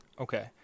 Okay